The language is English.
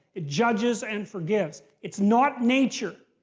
it judges and forgives. it's not nature.